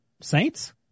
Saints